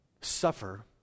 Suffer